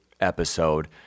episode